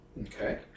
Okay